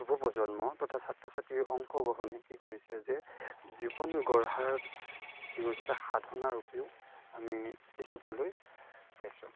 যুৱ প্ৰজন্ম তথা ছাত্ৰ ছাত্ৰীৰ অংশগ্ৰহণে কি কৰিছে যে জীৱন গঢ়াত কি কৰিছে এটা সাধনাৰূপেও আমি দেখিবলৈ পাইছোঁ